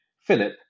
Philip